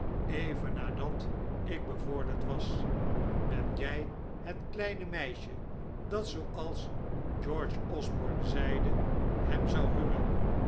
even nadat ik bevorderd was ben jij het kleine meisje dat zooals george osborne zeide hem zou huwen